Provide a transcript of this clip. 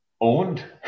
owned